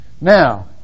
Now